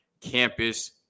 campus